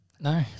No